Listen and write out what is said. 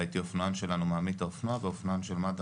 ראיתי אופנוען שלנו מעמיד את האופנוע ואופנוען של מד"א,